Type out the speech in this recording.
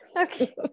okay